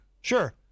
Sure